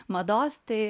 mados tai